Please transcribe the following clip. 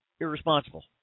irresponsible